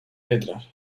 letras